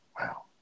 wow